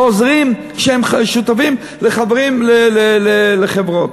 לעוזרים שהם שותפים וחברים לחברות,